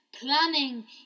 planning